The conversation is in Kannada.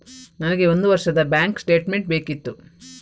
ನನಗೆ ಒಂದು ವರ್ಷದ ಬ್ಯಾಂಕ್ ಸ್ಟೇಟ್ಮೆಂಟ್ ಬೇಕಿತ್ತು